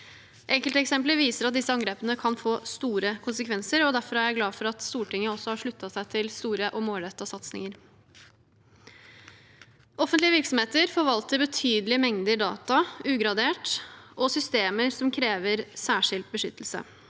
Enkelteksempler viser at disse angrepene kan få store konsekvenser. Jeg er derfor glad for at Stortinget har sluttet seg til store og målrettede satsninger. Offentlige virksomheter forvalter betydelige mengder ugraderte data og systemer som krever særskilt beskyttelse.